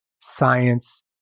science